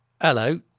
Hello